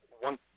one